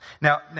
Now